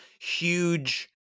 huge